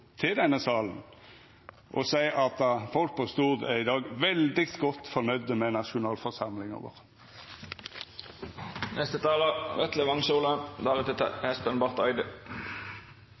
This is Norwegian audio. til denne salen og seia at folk på Stord er i dag veldig godt fornøgde med nasjonalforsamlinga